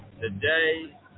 Today